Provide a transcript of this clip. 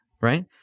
right